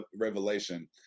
revelation